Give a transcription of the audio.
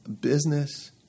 business